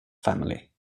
family